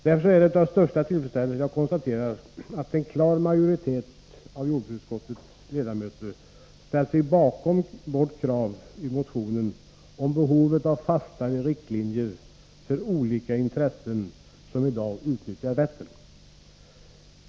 Därför är det med största tillfredsställelse jag nu konstaterar att en klar majoritet av jordbruksutskottets ledamöter ställt sig bakom vårt krav i motionen om fastare riktlinjer för de olika intressen som i dag utnyttjar Vättern.